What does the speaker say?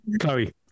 Chloe